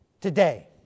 today